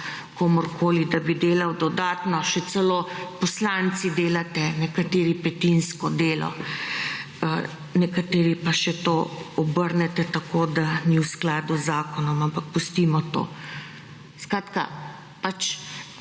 komurkoli, da bi delal dodatno. Še celo poslanci delate, nekateri petinsko delo, nekateri pa še to obrnete tako, da ni v skladu z zakonom, ampak pustimo to. Skratka, na